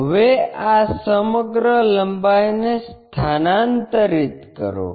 હવે આ સમગ્ર લંબાઈને સ્થાનાંતરિત કરો